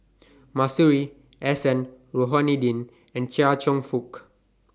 Masuri S N Rohani Din and Chia Cheong Fook